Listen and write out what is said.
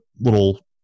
little